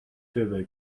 turbo